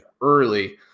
early